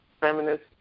feminist